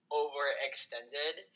overextended